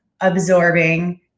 absorbing